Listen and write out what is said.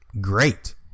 great